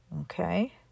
Okay